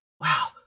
Wow